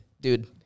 Dude